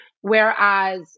Whereas